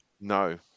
No